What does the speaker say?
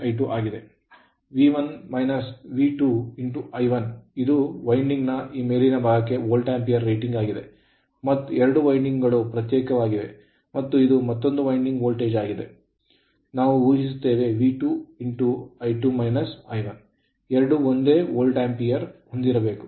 I1 ಇದು winding ನ ಈ ಮೇಲಿನ ಭಾಗಕ್ಕೆ Volt Ampere ರೇಟಿಂಗ್ ಆಗಿದೆ ಎರಡು ವೈಂಡಿಂಗ್ ಗಳು ಪ್ರತ್ಯೇಕವಾಗಿವೆ ಮತ್ತು ಇದು ಮತ್ತೊಂದು ವೈಂಡಿಂಗ್ ವೋಲ್ಟೇಜ್ ಆಗಿದೆ ಎಂದು ನಾವು ಊಹಿಸುತ್ತೇವೆ V2 ಎರಡೂ ಒಂದೇ ವೋಲ್ಟ್ ಆಂಪಿಯರ್ Volt Ampere ಹೊಂದಿರಬೇಕು